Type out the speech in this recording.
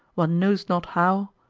one knows not how,